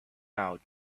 out